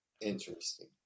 interesting